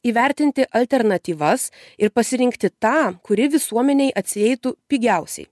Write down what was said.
įvertinti alternatyvas ir pasirinkti tą kuri visuomenei atsieitų pigiausiai